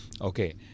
Okay